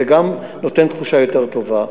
זה גם נותן תחושה יותר טובה.